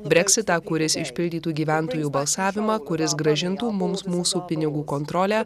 breksit tą kuris išpildytų gyventojų balsavimą kuris grąžintų mums mūsų pinigų kontrolę